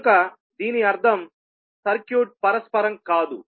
కనుక దీని అర్థం సర్క్యూట్ పరస్పరం కాదు